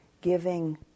giving